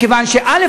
מכיוון שא.